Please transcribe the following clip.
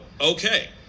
okay